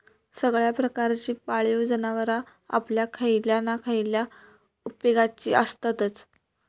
सगळ्या प्रकारची पाळीव जनावरां आपल्या खयल्या ना खयल्या उपेगाची आसततच